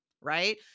right